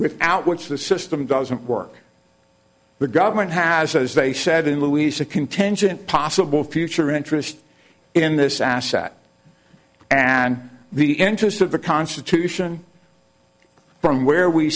without which the system doesn't work the government has as they said in luis a contingent possible future interest in this asset and the interest of the constitution from where we